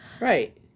Right